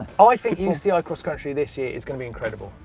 ah i think you see our cross-country this year is going to be incredible.